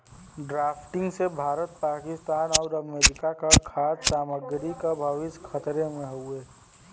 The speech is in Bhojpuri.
ड्राफ्टिंग से भारत पाकिस्तान आउर अमेरिका क खाद्य सामग्री क भविष्य खतरे में हउवे